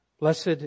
Blessed